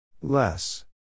Less